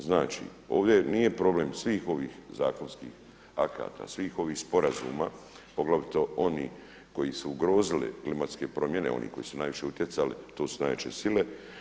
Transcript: Znači ovdje nije problem svih ovih zakonskih akata, svih ovih sporazuma poglavito oni koji su ugrozili klimatske promjene, koji su najviše utjecali to su najjače sile.